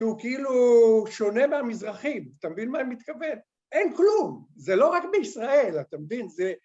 ‫שהוא כאילו שונה מהמזרחים. ‫אתה מבין מה אני מתכוון? ‫אין כלום, זה לא רק בישראל, ‫אתה מבין? זה...